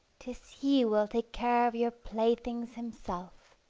tis he will take care of your playthings himself!